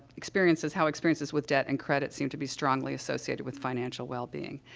experiences how experiences with debt and credit seem to be strongly associated with financial wellbeing.